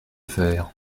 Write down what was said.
faire